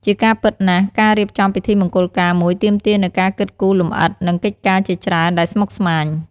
ជាការពិតណាស់ ការរៀបចំពិធីមង្គលការមួយទាមទារនូវការគិតគូរលម្អិត និងកិច្ចការជាច្រើនដែលស្មុគស្មាញ។